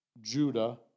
Judah